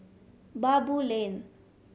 Baboo Lane